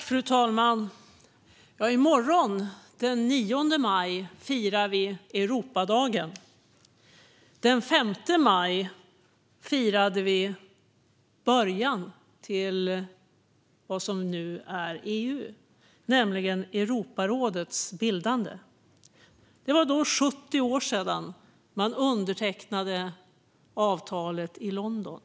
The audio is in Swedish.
Fru talman! I morgon, den 9 maj, firar vi Europadagen. Den 5 maj firade vi början till vad som nu är EU, nämligen Europarådets bildande. Det var då 70 år sedan man undertecknade avtalet i London.